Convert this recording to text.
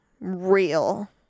real